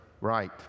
Right